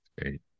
Great